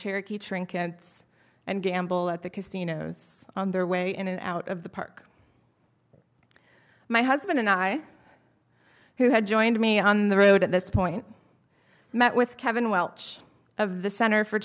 cherokee trinkets and gamble at the casinos on their way in and out of the park my husband and i who had joined me on the road at this point met with kevin welch of the center for